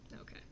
Okay